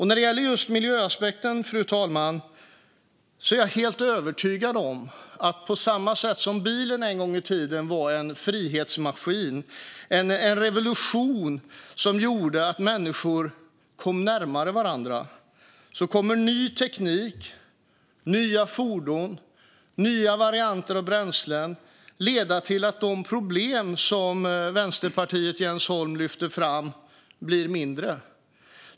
När det gäller just miljöaspekten är jag helt övertygad om att på samma sätt som bilen en gång i tiden var en frihetsmaskin, en revolution som gjorde att människor kom närmare varandra, kommer ny teknik, nya fordon och nya varianter av bränslen att leda till att de problem som Vänsterpartiet och Jens Holm lyfter fram blir mindre.